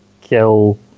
kill